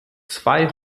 zwei